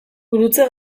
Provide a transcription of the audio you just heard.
gurutze